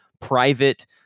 private